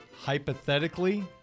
hypothetically